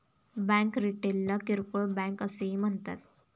bank रिटेलला किरकोळ bank असेही म्हणतात